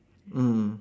mm